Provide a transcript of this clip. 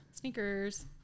Sneakers